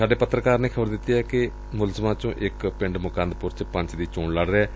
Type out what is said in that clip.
ਸਾਡੇ ਪੱਤਰਕਾਰ ਨੇ ਖ਼ਬਰ ਦਿੱਤੀ ਏ ਕਿ ਮੁਲਜ਼ਮਾਂ ਚੋ ਇਕ ਪਿੰਡ ਮੁਕੰਦਪੁਰ ਚ ਪੰਚ ਦੀ ਚੋਣ ਲੜ ਰਿਹੈ